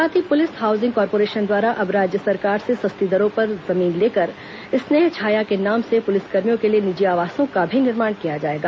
साथ ही police housing corporation द्वारा अब राज्य सरकार से सस्ती दरों पर जमीन लेकर स्नेह छाया के नाम से पुलिसकर्मियों के लिए निजी आवासों का भी निर्माण किया जाएगा